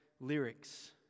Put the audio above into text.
lyrics